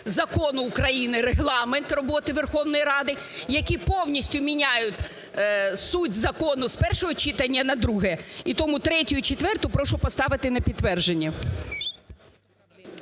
Закону України і Регламент роботи Верховної Ради, які повністю міняють суть закону з першого читання на друге. І тому 3 і 4, прошу поставити на підтвердження.